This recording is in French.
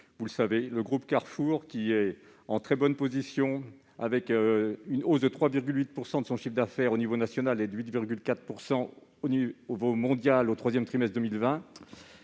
distribution. Le groupe Carrefour est en très bonne position, avec une hausse de 3,8 % de son chiffre d'affaires au niveau national et de 8,4 % au niveau mondial au troisième trimestre de